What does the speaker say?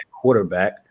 quarterback